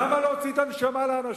למה להוציא את הנשמה לאנשים,